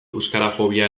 euskarafobia